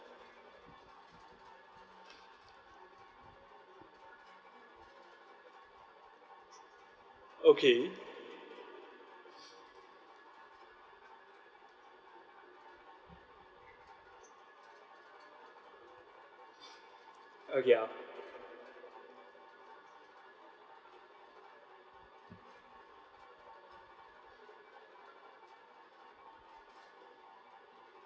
okay okay uh